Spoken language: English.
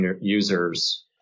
users